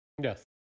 Yes